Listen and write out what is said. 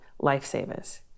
Lifesavers